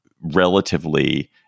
relatively